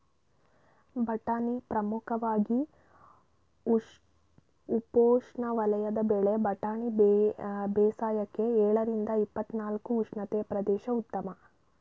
ಬಟಾಣಿ ಪ್ರಮುಖವಾಗಿ ಉಪೋಷ್ಣವಲಯದ ಬೆಳೆ ಬಟಾಣಿ ಬೇಸಾಯಕ್ಕೆ ಎಳರಿಂದ ಇಪ್ಪತ್ನಾಲ್ಕು ಅ ಉಷ್ಣತೆಯ ಪ್ರದೇಶ ಉತ್ತಮ